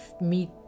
meet